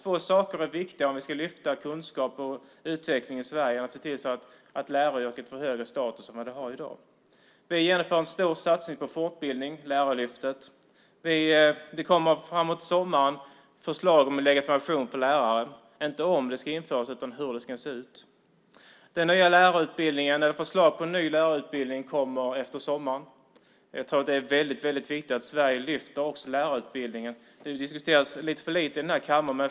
Få saker är viktigare om vi ska lyfta kunskap och utvecklingen i Sverige än att se till att läraryrket får en högre status än vad det har i dag. Vi genomför en stor satsning på fortbildning, Lärarlyftet. Det kommer framåt sommaren förslag om att utfärda legitimation för lärare. Det handlar inte om det ska införas utan hur det ska se ut. Förslag på ny lärarutbildning kommer efter sommaren. Det är väldigt viktigt att Sverige lyfter också lärarutbildningen. Det diskuteras för lite här i kammaren.